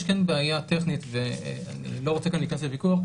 יש כן בעיה טכנית ואני לא רוצה כאן להיכנס לויכוח,